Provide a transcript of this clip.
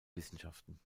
wissenschaften